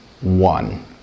one